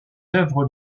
œuvres